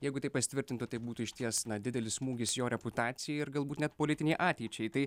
jeigu tai pasitvirtintų tai būtų išties didelis smūgis jo reputacijai ir galbūt net politinei ateičiai tai